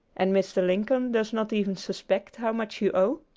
and mr. lincoln does not even suspect how much you owe?